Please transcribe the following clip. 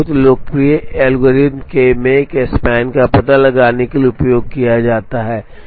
और बहुत लोकप्रिय एल्गोरिथ्म मेक स्पैन का पता लगाने के लिए उपयोग किया जाता है